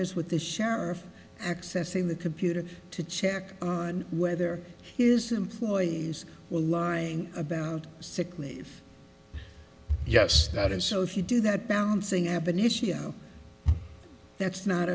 is with the sheriff accessing the computer to check on whether his employees will lying about sick leave yes that is so if you do that bouncing ab initio that's not